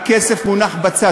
הכסף מונח בצד,